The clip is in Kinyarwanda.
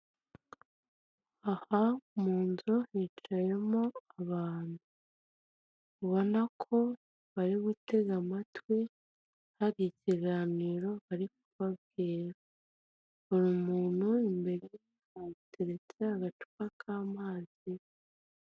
Aha mu nzu hicayemo abantu, ubona ko bari gutega amatwi, hari ikiganiro bari kubabwira, buri muntu imbere ye hateretse agacupa k'amazi.